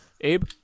Abe